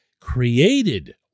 created